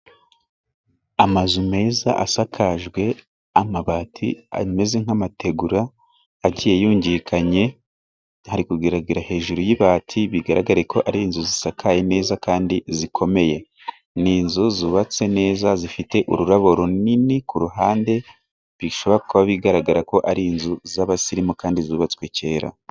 Amazu meza asakajwe amabati ameze nk'amategura agiye yungikanye hari kugaragara hejuru y'ibati ko ari inzu zisakaye neza kandi zikomeye . Ni inzu zubatswe neza zifite ururabo runini ku ruhande bishobora kuba bigaragara ko ari inzu z'abasirimu kandi zubatswe kera.